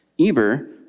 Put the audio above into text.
Eber